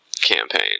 campaign